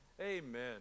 Amen